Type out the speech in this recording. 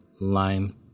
Lime